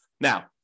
Now